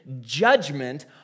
judgment